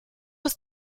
ist